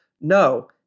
no